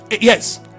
Yes